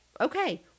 okay